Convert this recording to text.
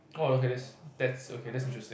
oh okay that's that's okay interesting